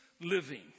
living